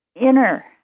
inner